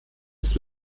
des